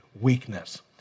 weakness